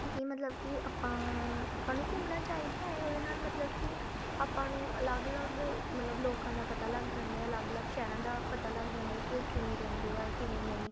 ਕਿਉਂਕਿ ਮਤਲਬ ਕਿ ਆਪਾਂ ਆਪਾਂ ਨੂੰ ਘੁੰਮਣਾ ਚਾਹੀਦਾ ਹੈ ਉਹਦੇ ਨਾਲ ਮਤਲਬ ਕਿ ਆਪਾਂ ਨੂੰ ਅਲੱਗ ਅਲੱਗ ਮਤਲਬ ਲੋਕਾਂ ਦਾ ਪਤਾ ਲੱਗ ਜਾਂਦਾ ਹੈ ਅਲੱਗ ਅਲੱਗ ਸ਼ਹਿਰਾਂ ਦਾ ਪਤਾ ਲੱਗ ਜਾਂਦਾ ਹੈ ਕਿ ਉਹ ਕਿਵੇਂ ਰਹਿੰਦੇ ਆ ਕਿਵੇਂ ਨਹੀਂ